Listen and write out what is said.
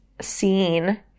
scene